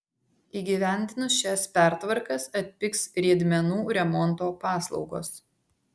įgyvendinus šias pertvarkas atpigs riedmenų remonto paslaugos